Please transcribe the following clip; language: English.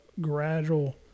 gradual